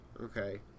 okay